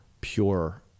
pure